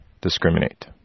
discriminate